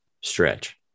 stretch